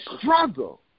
struggle